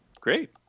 Great